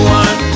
one